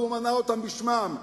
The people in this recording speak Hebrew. והוא מנה אותן בשמן,